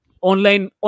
Online